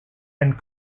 and